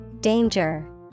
Danger